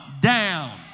down